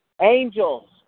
Angels